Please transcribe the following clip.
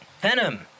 Venom